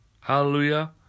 Hallelujah